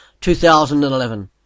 2011